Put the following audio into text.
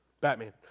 Batman